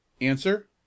answer